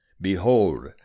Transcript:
behold